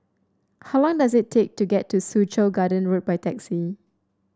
how long does it take to get to Soo Chow Garden Road by taxi